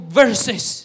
verses